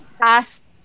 past